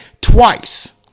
twice